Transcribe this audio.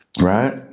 right